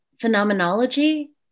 phenomenology